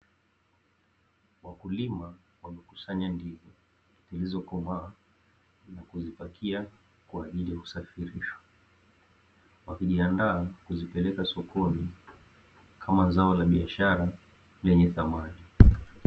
Wakulima wakikusanya ndizi zilizokomaa na kuzipakia kwa ajili ya kuzisafirishwa, wakijiandaa kulipeleka sokoni kama zao la biashara lenye thamani.